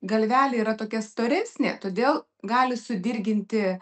galvelė yra tokia storesnė todėl gali sudirginti